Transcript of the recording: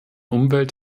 umwelt